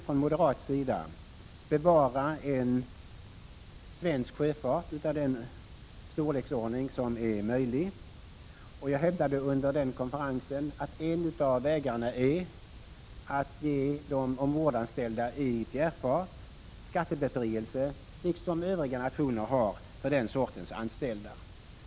Från moderat sida vill vi bevara en svensk sjöfart av den storleksordning som är möjlig, och jag hävdade under konferensen att en av vägarna är att ge de ombordanställda i fjärrfart skattebefrielse liksom övriga nationer gör för den sortens anställda.